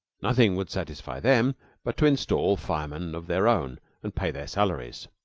nothing would satisfy them but to install firemen of their own and pay their salaries.